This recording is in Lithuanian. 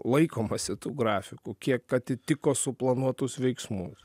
laikomasi tų grafikų kiek atitiko suplanuotus veiksmus